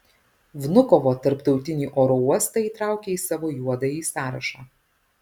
vnukovo tarptautinį oro uostą įtraukė į savo juodąjį sąrašą